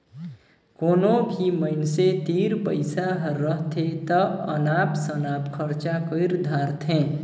कोनो भी मइनसे तीर पइसा हर रहथे ता अनाप सनाप खरचा कइर धारथें